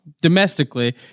domestically